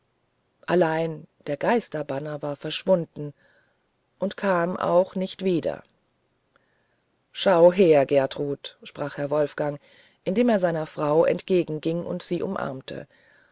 allein der geisterbanner war verschwunden und kam auch nicht wieder schau her gertrud sprach herr wolfgang indem er seiner frau entgegenging und sie umarmte